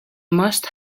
must